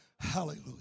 Hallelujah